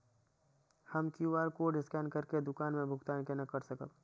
हम QR code scan करके दुकान में भुगतान केना कर सकब?